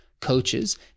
coaches